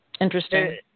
Interesting